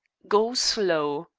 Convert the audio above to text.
go slow.